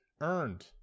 Earned